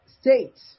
state